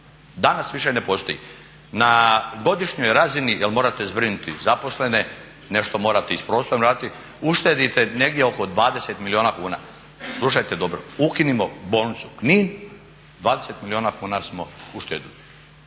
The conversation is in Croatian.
Danas više ne postoji. Na godišnjoj razini jer morate zbrinuti zaposlene, nešto morate i s prostorom raditi, uštedite negdje oko 20 milijuna kuna. Slušajte dobro, ukinimo bolnicu Knin 20 milijuna kuna smo uštedili.